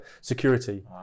security